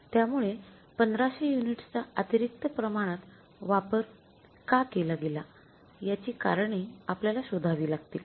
त्यामुळे १५०० युनिट्सचा अतिरिक्त प्रमाणात वापर का केला गेला याची कारणे आपल्याला शोधावी लागतील